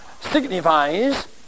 signifies